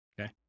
Okay